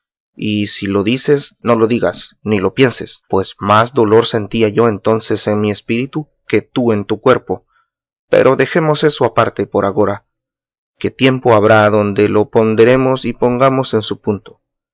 y si lo dices no lo digas ni lo pienses pues más dolor sentía yo entonces en mi espíritu que tú en tu cuerpo pero dejemos esto aparte por agora que tiempo habrá donde lo ponderemos y pongamos en su punto